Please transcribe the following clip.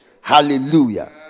hallelujah